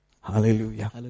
Hallelujah